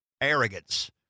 arrogance